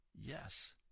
Yes